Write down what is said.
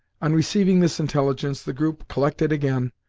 on receiving this intelligence the group collected again,